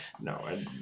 no